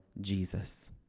Jesus